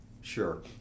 sure